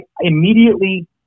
immediately